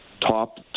top